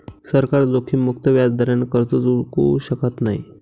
सरकार जोखीममुक्त व्याजदराने कर्ज चुकवू शकत नाही